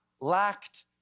lacked